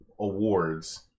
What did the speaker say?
awards